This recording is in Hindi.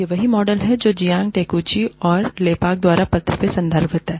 यह वही मॉडल है जो है जियांग टेकुची और लेपाक द्वारा पत्र में संदर्भित है